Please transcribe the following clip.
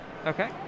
Okay